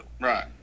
Right